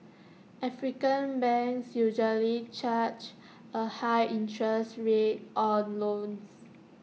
African banks usually charge A high interest rate on loans